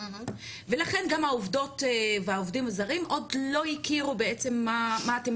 ולכן גם העובדות והעובדים הזרים עוד לא הכירו מה אתם